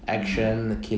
mm